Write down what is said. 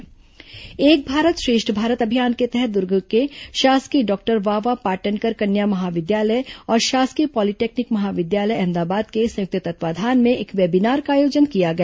एक भारत श्रेष्ठ भारत एक भारत श्रेष्ठ भारत अभियान के तहत दुर्ग के शासकीय डॉक्टर वावा पाटनकर कन्या महाविद्यालय और शासकीय पॉलीटेक्निक महाविद्यालय अहमदाबाद के संयुक्त तत्वावधान में एक वेबीनार का आयोजन किया गया